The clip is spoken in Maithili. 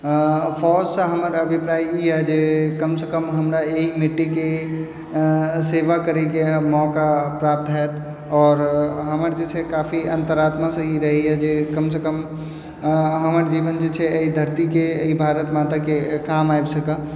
फौजसँ हमर अभिप्राय ई अइ जे कमसँ कम हमरा एहि मिट्टीके सेवा करयके मौका प्राप्त होयत आ हमर जे छै काफी अंतरात्मासँ ई रहै यऽ जे कमसँ कम हमर जीवन जे छै एहि धरतीके भारत माताके काम आबि सके